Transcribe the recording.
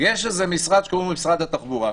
יש פה איזה משרד שקוראים לו משרד התחבורה,